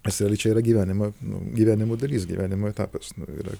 nes realiai čia yra gyvenimo nu gyvenimo daris gyvenimo etapas yra